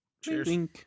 Cheers